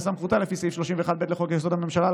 בהתאם לסמכותה לפי סעיף 31(ב) לחוק-יסוד: הממשלה,